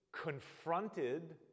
confronted